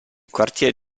quartier